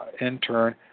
intern